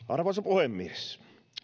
arvoisa puhemies